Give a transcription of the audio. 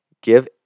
Give